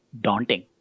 daunting